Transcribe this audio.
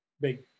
big